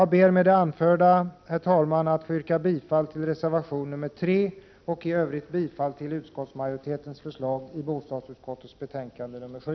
Jag ber med det anförda att få yrka bifall till reservation nr 3 och i övrigt bifall till utskottsmajoritetens förslag i bostadsutskottets betänkande nr 6.